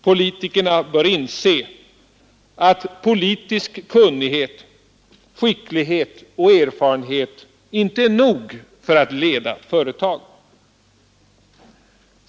Politiker bör inse att politisk kunnighet, skicklighet och erfarenhet inte är nog för att leda företag.